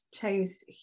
Chase